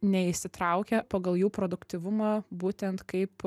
neįsitraukia pagal jų produktyvumą būtent kaip